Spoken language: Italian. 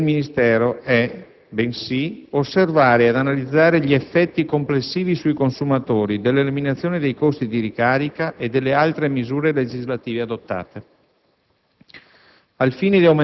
Compito del Ministero è, bensì, osservare ed analizzare gli effetti complessivi sui consumatori dell'eliminazione dei costi di ricarica e delle altre misure legislative adottate,